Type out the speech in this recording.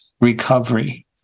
recovery